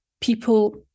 people